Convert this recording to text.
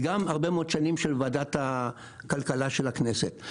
וגם הרבה מאוד שנים של ועדת הכלכלה של הכנסת.